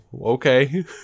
okay